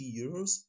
euros